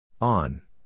On